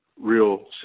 real